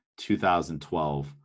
2012